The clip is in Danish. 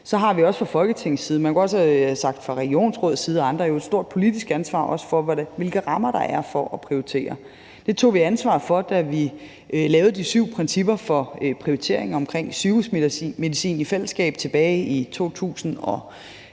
Så har vi jo fra Folketingets side – og man kunne også have sagt fra regionsrådets og andres side – et stort politisk ansvar for, hvilke rammer der er for at prioritere. Det tog vi ansvar for, da vi tilbage i 2015 i fællesskab lavede de syv principper for prioriteringen omkring sygehusmedicin og vi indgik